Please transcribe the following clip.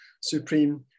supreme